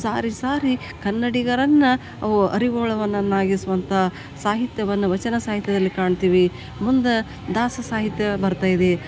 ಸಾರಿ ಸಾರಿ ಕನ್ನಡಿಗರನ್ನು ಅವು ಅರಿವು ವನ್ನನ್ನಾಗಿಸುವಂಥ ಸಾಹಿತ್ಯವನ್ನು ವಚನ ಸಾಹಿತ್ಯದಲ್ಲಿ ಕಾಣ್ತೀವಿ ಮುಂದೆ ದಾಸ ಸಾಹಿತ್ಯ ಬರ್ತಾ ಇದೆ